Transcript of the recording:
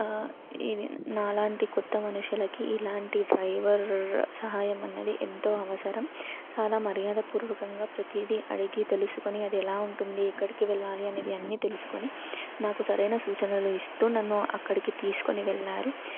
ఈ నాలాంటి కొత్త మనుషులకి ఇలాంటి డ్రైవర్ సహాయం అన్నది ఎంతో అవసరం చాలా మర్యాద పూర్వకంగా ప్రతీది అడిగి తెలుసుకొని అది ఎలా ఉంటుంది ఎక్కడికి వెళ్ళాలి అనేది అన్ని తెలుసుకొని నాకు సరైన సూచనలు ఇస్తూ నన్ను అక్కడికి తీసుకొని వెళ్ళారు